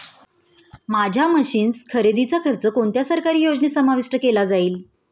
माझ्या मशीन्स खरेदीचा खर्च कोणत्या सरकारी योजनेत समाविष्ट केला जाईल?